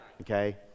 okay